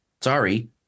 sorry